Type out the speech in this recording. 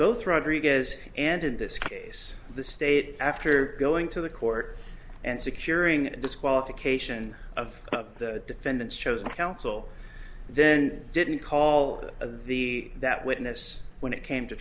both rodriguez and in this case the state after going to the court and securing a disqualification of the defendants chosen counsel then didn't call the that witness when it came to